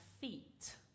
feet